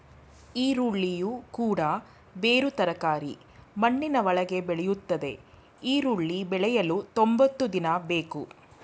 ಈರುಳ್ಳಿಯು ಕೂಡ ಬೇರು ತರಕಾರಿ ಮಣ್ಣಿನ ಒಳಗೆ ಬೆಳೆಯುತ್ತದೆ ಈರುಳ್ಳಿ ಬೆಳೆಯಲು ತೊಂಬತ್ತು ದಿನ ಬೇಕು